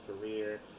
career